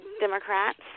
Democrats